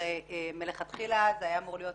הרי מלכתחילה זה היה אמור להיות